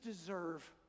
deserve